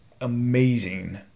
amazing